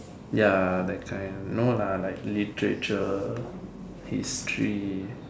ya that kind no lah like literature history